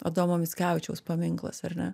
adomo mickevičiaus paminklas ar ne